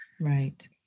Right